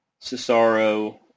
Cesaro